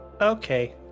Okay